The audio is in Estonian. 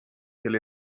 kel